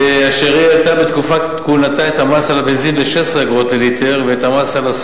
היא העלתה בתקופת כהונתה את המס על הבנזין ב-16 אגורות לליטר,